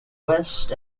west